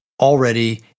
already